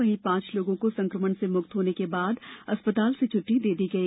वहीं पांच लोगों को संकमण से मुक्त होने के बाद अस्पताल से छट्टी दे दी गई